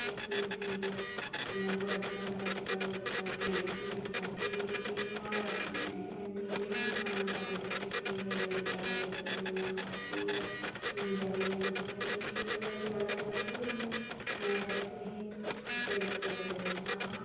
कि सूट सी देओ ते मगर ओह् अज्जकल अज्जकल अज्जकल में अज्ज सी देगी ते कल सी देगी की जे माड़ा गरीब आदमियें इ'यां बी इन्सान टालू दा शरीफै भाई अज्जकल अज्जकल करी ओड़ना ते ठीक ऐ नेईं जाच होऐ न ते आखना भाई ठीक ऐ अज्जकल अज्जकल करी देउनी मैले कपड़े हे सक्के रिश्तेदारियै दा ब्याह् हा